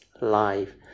life